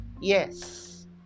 Yes